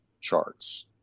charts